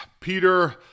Peter